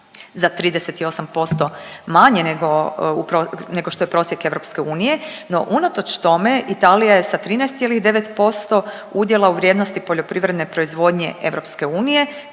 za 38% manje nego što je prosjek EU no unatoč tome Italija je sa 13,9% udjela u vrijednosti poljoprivredne proizvodnje EU treći